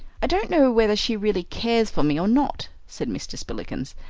i don't know whether she really cares for me or not, said mr. spillikins,